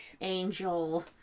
Angel